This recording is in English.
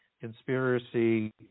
conspiracy